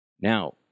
Now